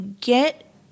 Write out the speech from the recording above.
Get